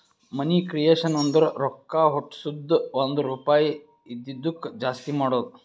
ಮನಿ creation ಅಂದುರ್ ರೊಕ್ಕಾ ಹುಟ್ಟುಸದ್ದು ಒಂದ್ ರುಪಾಯಿ ಇದಿದ್ದುಕ್ ಜಾಸ್ತಿ ಮಾಡದು